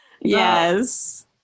Yes